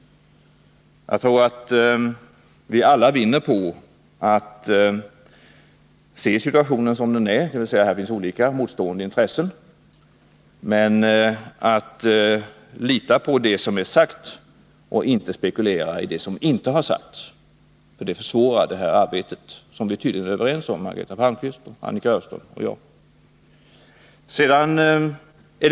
Jagtror att vi alla vinner på att se situationen som den är — dvs. att här finns olika motstående intressen — men lita på det som är sagt och spekulera inte i vad som inte har sagts, eftersom det försvårar det här arbetet, som vi, Margareta Palmqvist, Annika Öhrström och jag, tydligen är överens om.